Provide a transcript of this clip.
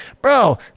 bro